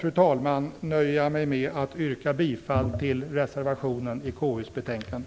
För dagen nöjer jag mig med att yrka bifall till reservationen i KU:s betänkande.